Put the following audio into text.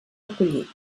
acollit